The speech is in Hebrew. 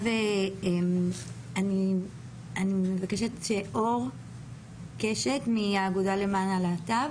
אני מבקשת מאור קשת מהאגודה למען הלהט"ב